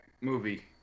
movie